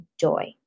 joy